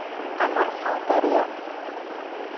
ᱟᱢᱟᱜ ᱥᱟᱶᱛᱟ ᱨᱮᱭᱟᱜ